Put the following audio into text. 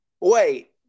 Wait